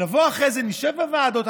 נבוא אחרי זה ונשב בוועדות.